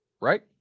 Right